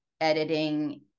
editing